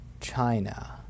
China